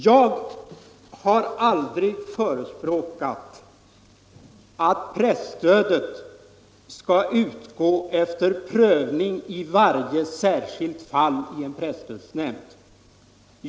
Jag har aldrig förespråkat att presstöd skall utgå efter prövning i varje särskilt fall i en presstödsnämnd.